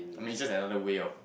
I mean it's just another way of